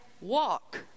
walk